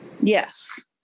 Yes